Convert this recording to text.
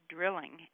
Drilling